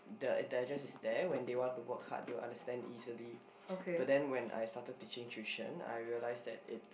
the intelligence is there when they want to work hard they will understand easily but then when I started teaching tuition I realized that it